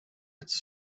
its